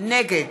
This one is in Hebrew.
נגד